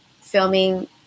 filming